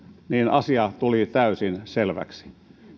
asia tuli täysin selväksi